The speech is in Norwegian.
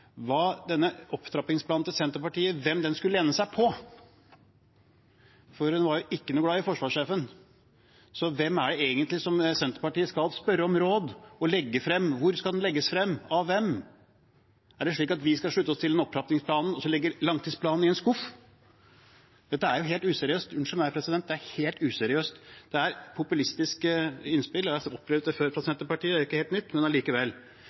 denne opptrappingsplanen til Senterpartiet skulle lene seg på, for hun var ikke noe glad i forsvarssjefen. Hvem er det egentlig Senterpartiet skal spørre om råd? Hvor skal den legges frem, og av hvem? Er det slik at vi skal slutte oss til en opptrappingsplan som legger langtidsplanen i en skuff? Dette er jo helt useriøst. Det er populistiske innspill. Jeg har opplevd det før fra Senterpartiet, så det er ikke helt nytt, men